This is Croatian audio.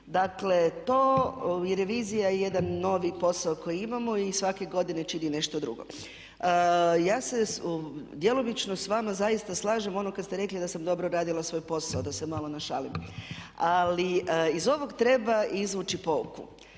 razumije./… revizija je jedan novi posao koji imamo i svake godine čini nešto drugo. Ja se djelomično s vama zaista slažem, ono kada ste rekli da sam dobro radila svoj posao, da se malo našalimo. Ali iz ovog treba izvući pouku.